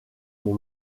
mon